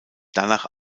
danach